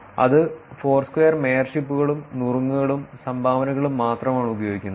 അത് ഫോർസ്ക്വയർ മേയർഷിപ്പും നുറുങ്ങുകളും സംഭാവനകളും മാത്രമാണ് ഉപയോഗിക്കുന്നത്